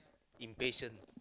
impatient